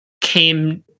came